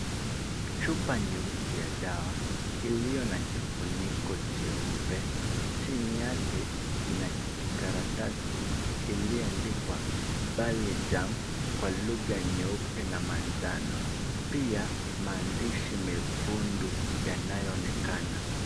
Chupa nyeusi ya dawa iliyo na kifuniko cheupe. Chini yake ina kijikaratasi iliyoandikwa palijam kwa lugha nyeupe na manjano. Pia maandishi mekundu yanayoonekana.